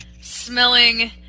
smelling